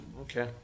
Okay